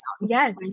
Yes